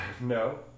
No